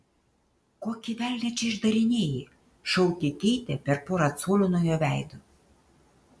kokį velnią čia išdarinėji šaukė keitė per porą colių nuo jo veido